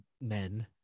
men